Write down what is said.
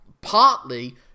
Partly